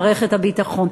מערכת הביטחון.